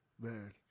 Man